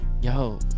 yo